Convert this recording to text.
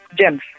James